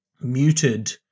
muted